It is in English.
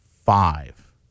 five